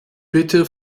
bitte